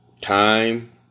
time